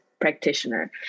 practitioner